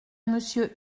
monsieur